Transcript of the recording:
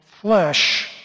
flesh